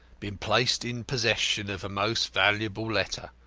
been placed in possession of a most valuable letter,